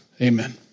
Amen